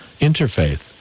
interfaith